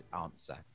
answer